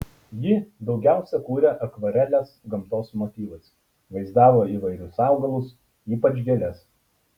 ji daugiausiai kūrė akvareles gamtos motyvais vaizdavo įvairius augalus ypač gėles